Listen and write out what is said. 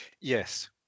Yes